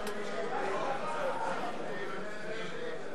בממשלה לא נתקבלה.